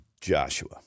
Joshua